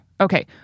okay